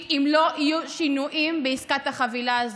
אם לא יהיו שינויים בעסקת החבילה הזו.